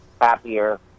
happier